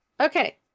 Okay